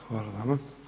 Hvala vama.